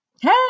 hey